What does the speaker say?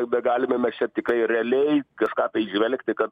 ar begalime mes čia tikrai realiai kažką tai įžvelgti kad